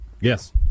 Yes